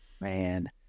Man